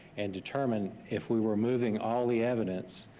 and determine if we were moving all the evidence,